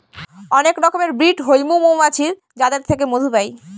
অনেক রকমের ব্রিড হৈমু মৌমাছির যাদের থেকে মধু পাই